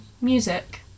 music